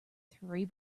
three